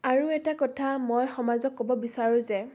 আৰু এটা কথা মই সমাজক ক'ব বিচাৰোঁ যে